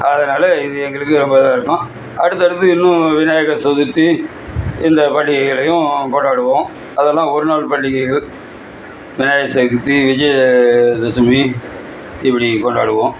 அதனால் இது எங்களுக்கு ரொம்ப இருக்கும் அடுத்தடுத்து இன்னும் விநாயகர் சதுர்த்தி இந்த பண்டிகைகளையும் கொண்டாடுவோம் அதெல்லாம் ஒரு நாள் பண்டிகைகள் விநாயகர் சதுர்த்தி விஜய தசமி இப்படி கொண்டாடுவோம்